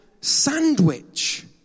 sandwich